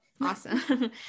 Awesome